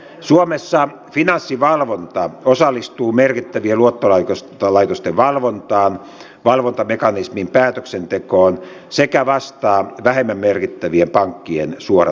suomessa finanssivalvonta osallistuu merkittävien luottolaitosten valvontaan valvontamekanismin päätöksentekoon sekä vastaa vähemmän merkittävien pankkien suoranaisesta valvonnasta